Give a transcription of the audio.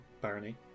barony